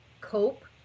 cope